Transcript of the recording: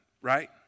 right